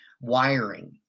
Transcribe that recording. wiring